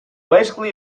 basically